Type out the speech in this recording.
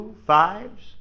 Fives